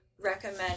recommend